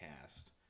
cast